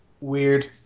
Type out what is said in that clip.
Weird